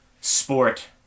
sport